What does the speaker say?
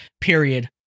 Period